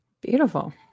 beautiful